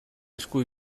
esku